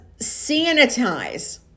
sanitize